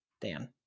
Dan